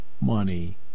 money